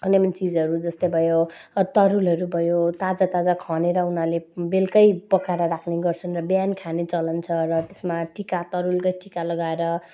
नयाँ चिजहरू जस्तै भयो तरुलहरू भयो ताजा ताजा खनेर उनीहरूले बेलुका पकाएर राख्ने गर्छन् र बिहान खाने चलन छ र त्यसमा टिका तरुलको टिका लगाएर